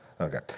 Okay